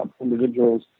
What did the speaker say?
individuals